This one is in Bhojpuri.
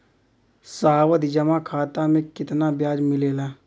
सावधि जमा खाता मे कितना ब्याज मिले ला?